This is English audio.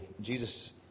Jesus